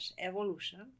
evolution